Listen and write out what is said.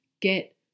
get